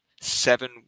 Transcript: seven